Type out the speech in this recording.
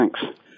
Thanks